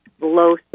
low